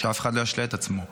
שאף אחד לא ישלה את עצמו,